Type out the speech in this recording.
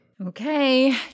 Okay